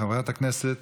חברת הכנסת